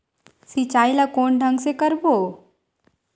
सिंचाई ल कोन ढंग से करबो?